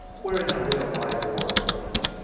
we're in a real live war at the moment,